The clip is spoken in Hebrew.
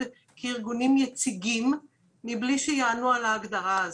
כארגונים יציגים מבלי שיענו על ההגדרה הזו.